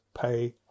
pay